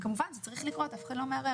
וכמובן, זה צריך לקרות, אף אחד לא מערער.